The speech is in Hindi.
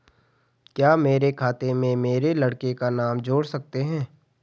क्या मेरे खाते में मेरे लड़के का नाम जोड़ सकते हैं?